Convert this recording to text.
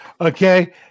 Okay